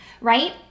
Right